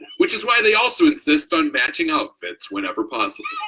which is why they also insist on matching outfits whenever possible.